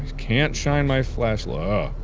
can't shine my flashlight uah.